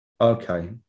okay